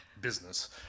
business